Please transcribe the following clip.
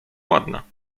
ładna